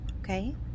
Okay